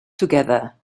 together